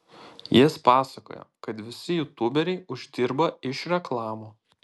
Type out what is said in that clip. jis pasakojo kad visi jutuberiai uždirba iš reklamų